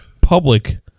public